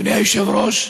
אדוני היושב-ראש,